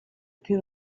could